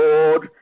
Lord